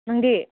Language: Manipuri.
ꯅꯪꯗꯤ